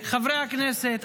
חברי הכנסת,